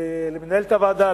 למנהלת הוועדה,